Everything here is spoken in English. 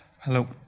Hello